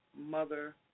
Mother